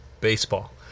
baseball